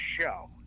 show